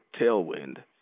tailwind